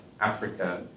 Africa